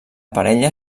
parella